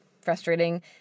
frustrating